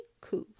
cool